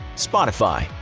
spotify.